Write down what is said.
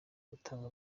gutanga